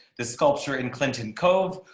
the sculpture in clinton cove,